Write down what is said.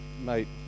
mate